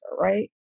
right